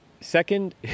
second